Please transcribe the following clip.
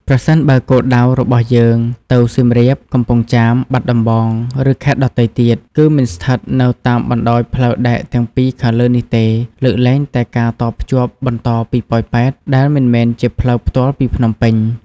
ប្រសិនបើគោលដៅរបស់យើងទៅ សៀមរាប កំពង់ចាម បាត់ដំបង ឬខេត្តដទៃទៀត គឺមិនស្ថិតនៅតាមបណ្ដោយផ្លូវដែកទាំងពីរខាងលើនេះទេ លើកលែងតែការតភ្ជាប់បន្តពីប៉ោយប៉ែត ដែលមិនមែនជាផ្លូវផ្ទាល់ពីភ្នំពេញ។